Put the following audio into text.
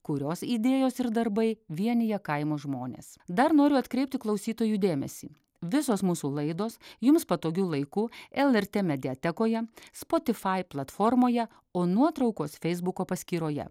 kurios idėjos ir darbai vienija kaimo žmones dar noriu atkreipti klausytojų dėmesį visos mūsų laidos jums patogiu laiku lrt mediatekoje spotifai platformoje o nuotraukos feisbuko paskyroje